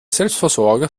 selbstversorger